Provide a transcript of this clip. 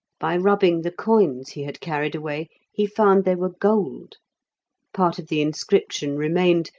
by rubbing the coins he had carried away he found they were gold part of the inscription remained,